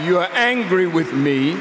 you are angry with me